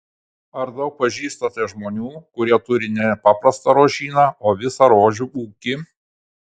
ar daug pažįstate žmonių kurie turi ne paprastą rožyną o visą rožių ūkį